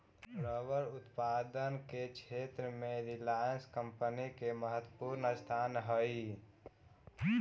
rubber उत्पादन के क्षेत्र में रिलायंस कम्पनी के महत्त्वपूर्ण स्थान हई